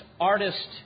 artist